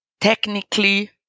technically